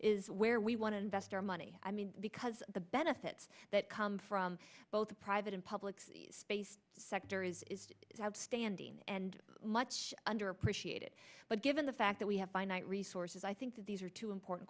is where we want to invest our money i mean because the benefits that come from both the private and public sees space sector is outstanding and much underappreciated but given the fact that we have finite resources i think these are two important